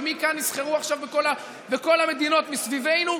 ומכאן יסחרו עכשיו בכל המדינות מסביבנו.